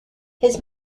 his